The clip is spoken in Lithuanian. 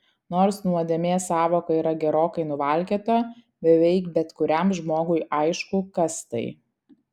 nors nuodėmės sąvoka yra gerokai nuvalkiota beveik bet kuriam žmogui aišku kas tai